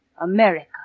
America